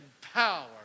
power